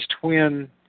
twin